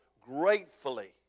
gratefully